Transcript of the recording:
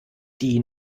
die